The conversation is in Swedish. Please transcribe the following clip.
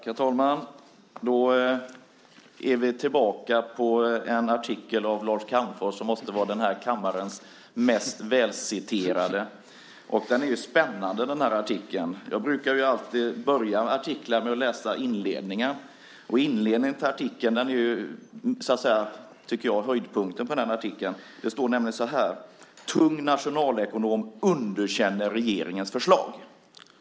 Herr talman! Då är vi tillbaka vid en artikel av Lars Calmfors som måste vara den här kammarens mest välciterade. Den här artikeln är ju spännande. Jag brukar börja med att läsa inledningen till artiklar, och inledningen till den här artikeln tycker jag är höjdpunkten på artikeln. Det står nämligen så här: Tung nationalekonom underkänner regeringens förslag.